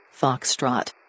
foxtrot